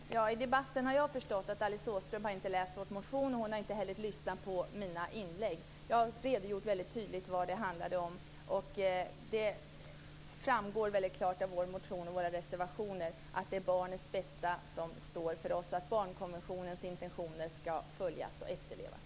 Fru talman! I debatten har jag förstått att Alice Åström inte har läst vår motion. Hon har inte heller lyssnat på mina inlägg. Jag har redogjort väldigt tydligt för vad det handlar om. Det framgår väldigt klart av vår motion och våra reservationer att det är barnets bästa som kommer främst för oss. Barnkonventionens intentioner ska följas och efterlevas.